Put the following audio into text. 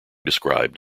described